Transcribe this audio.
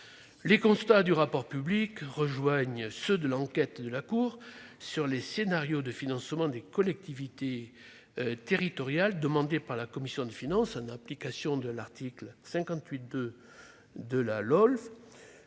Les constats du rapport public rejoignent ceux de l'enquête de la Cour sur les scénarios de financement des collectivités territoriales demandée par la commission des finances en application du 2° de l'article 58 de la loi